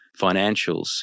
financials